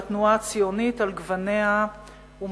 של התנועה הציונית על גווניה ומנהיגיה.